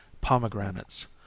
pomegranates